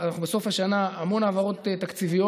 אנחנו בסוף השנה, ויש המון העברות תקציביות.